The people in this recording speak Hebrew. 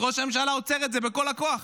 ראש הממשלה עוצר את זה בכול הכוח.